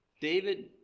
David